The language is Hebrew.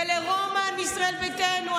ולרומן מישראל ביתנו,